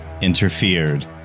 interfered